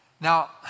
Now